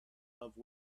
love